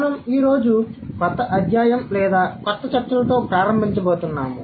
మనం ఈ రోజు కొత్త అధ్యాయం లేదా కొత్త చర్చలతో ప్రారంభించబోతున్నాము